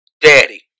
daddy